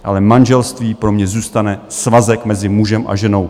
Ale manželství pro mě zůstane svazek mezi mužem a ženou.